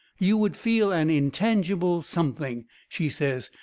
you would feel an intangible something, she says,